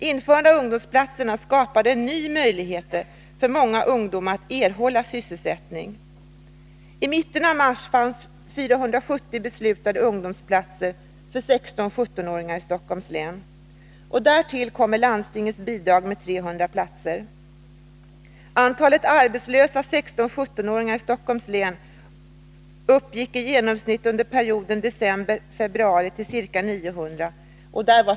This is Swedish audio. Införandet av ungdomsplatser skapade en ny möjlighet för många ungdomar att erhålla sysselsättning. I mitten av mars fanns 470 beslutade ungdomsplatser för 16-17-åringar i Stockholms län. Därtill kommer landstingets bidrag med 300 platser. Antalet arbetslösa 16-17-åringar i Stockholms län uppgick i genomsnitt under perioden december-februari till ca 900.